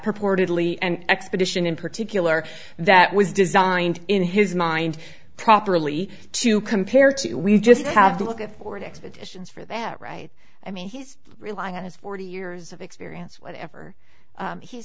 purportedly and expedition in particular that was designed in his mind properly to compare to we just have to look at ford expedition for that right i mean he's relying on his forty years of experience whatever he's